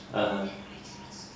!huh! !huh!